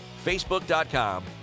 facebook.com